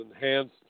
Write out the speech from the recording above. enhanced